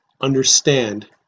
understand